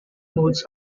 modes